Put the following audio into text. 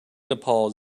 nepal